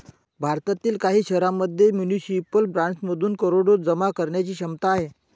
भारतातील काही शहरांमध्ये म्युनिसिपल बॉण्ड्समधून करोडो जमा करण्याची क्षमता आहे